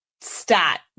stat